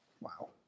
Wow